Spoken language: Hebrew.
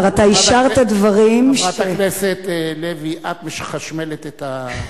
חברת הכנסת לוי, את מחשמלת את,